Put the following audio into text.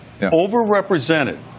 Overrepresented